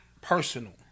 personal